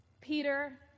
Peter